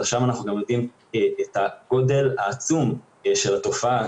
אז עכשיו אנחנו גם יודעים את הגודל העצום של התופעה,